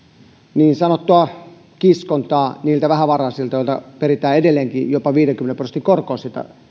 niin sanottua kiskontaa vähävaraisilta joilta peritään edelleenkin jopa viidenkymmenen prosentin korkoa